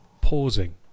pausing